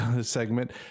segment